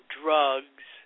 drugs